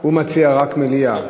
הוא מציע רק מליאה.